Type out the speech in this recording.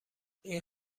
این